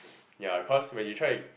ya cause when you try